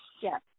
Yes